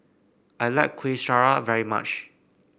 I like Kueh Syara very much